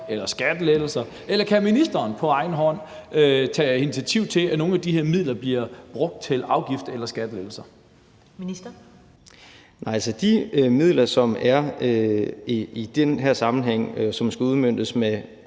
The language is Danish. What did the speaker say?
eller skattelettelser, eller kan ministeren på egen hånd tage initiativ til, at nogle af de her midler bliver brugt til afgifts- eller skattelettelser? Kl. 15:52 Første næstformand (Karen